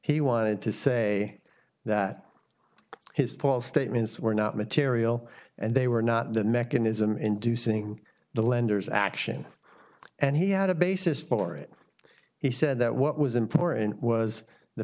he wanted to say that his false statements were not material and they were not the mechanism inducing the lender's action and he had a basis for it he said that what was important was the